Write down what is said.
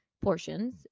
portions